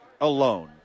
Alone